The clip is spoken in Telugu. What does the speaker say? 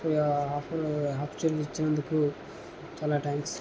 సో ఆప్ష ఆప్షన్ ఇచ్చినందుకు చాలా థాంక్స్